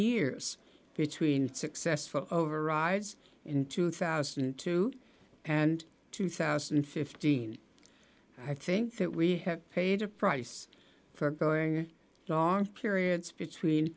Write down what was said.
years between successful overrides in two thousand and two and two thousand and fifteen i think that we have paid a price for going long periods between